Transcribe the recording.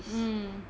mm